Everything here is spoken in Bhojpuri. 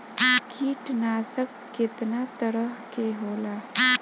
कीटनाशक केतना तरह के होला?